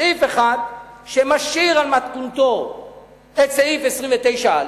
סעיף אחד שמשאיר על מתכונתו את סעיף 29א,